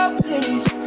please